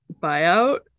buyout